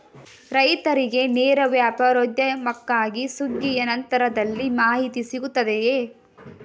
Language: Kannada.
ರೈತರಿಗೆ ನೇರ ವ್ಯಾಪಾರೋದ್ಯಮಕ್ಕಾಗಿ ಸುಗ್ಗಿಯ ನಂತರದಲ್ಲಿ ಮಾಹಿತಿ ಸಿಗುತ್ತದೆಯೇ?